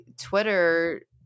Twitter